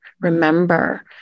Remember